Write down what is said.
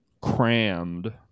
crammed